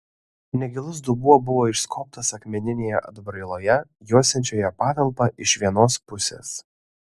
negilus dubuo buvo išskobtas akmeninėje atbrailoje juosiančioje patalpą iš vienos pusės